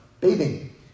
bathing